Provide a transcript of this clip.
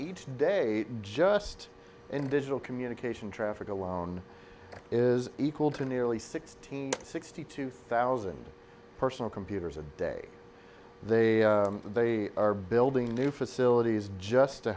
each day just in digital communication traffic alone is equal to nearly sixteen sixty two thousand personal computers a day they they are building new facilities just